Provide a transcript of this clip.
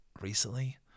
recently